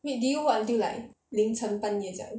wait did you work until like 凌晨半夜这样